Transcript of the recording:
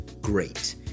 great